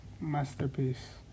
Masterpiece